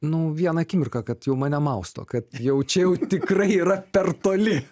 nu vieną akimirką kad jau mane mausto kad jau čia jau tikrai yra per toli